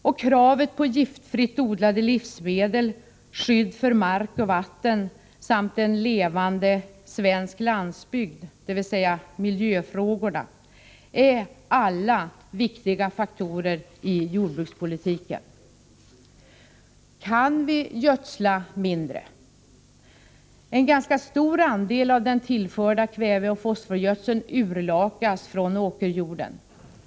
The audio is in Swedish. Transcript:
Och kravet på giftfritt odlade livsmedel, skydd för mark och vatten samt en levande svensk landsbygd — dvs. miljöfrågorna — är alla viktiga faktorer i jordbrukspolitiken. Kan vi gödsla mindre? En ganska stor andel av den tillförda kväveoch fosforgödseln urlakas från åkerjorden.